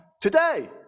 today